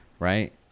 Right